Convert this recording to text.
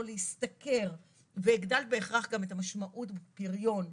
להשתכר והגדלת בהכרח גם את המשמעות בפריון.